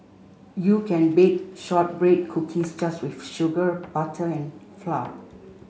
you can bake shortbread cookies just with sugar butter and flour